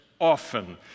often